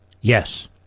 Yes